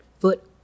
foot